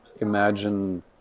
imagine